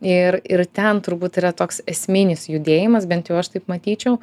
ir ir ten turbūt yra toks esminis judėjimas bent jau aš taip matyčiau